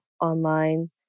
online